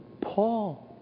Paul